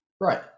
Right